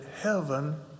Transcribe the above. heaven